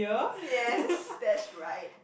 yes that's right